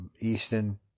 Easton